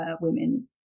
women